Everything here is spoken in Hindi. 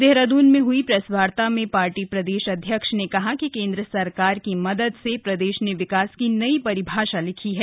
देहराद्न में हुई प्रेसवार्ता में पार्टी प्रदेश अध्यक्ष ने कहा कि केंद्र सरकार की मदद से प्रदेश ने विकास की नई परिभाषा लिखी है